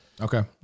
Okay